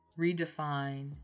redefine